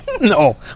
no